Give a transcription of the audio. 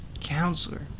Counselor